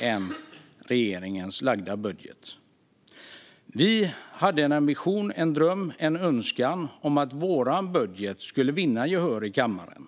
än regeringens framlagda budget. Vi hade en ambition, en dröm, en önskan om att vår budget skulle vinna gehör i kammaren.